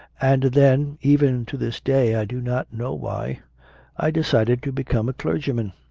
and then even to this day i do not know why i decided to become a clergyman.